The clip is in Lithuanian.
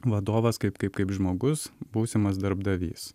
vadovas kaip kaip žmogus būsimas darbdavys